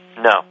No